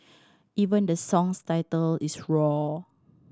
even the song's title is roar